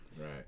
Right